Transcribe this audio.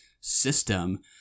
system